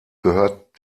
gehört